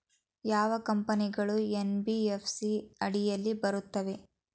ಯಾವ ಕಂಪನಿಗಳು ಎನ್.ಬಿ.ಎಫ್.ಸಿ ಅಡಿಯಲ್ಲಿ ಬರುತ್ತವೆ?